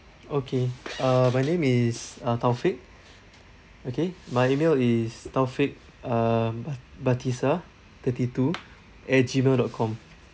okay uh my name is uh taufiq okay my email is taufiq um ba~ batisah thirty two at G mail dot com